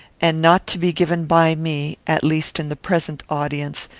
and not to be given by me, at least in the present audience,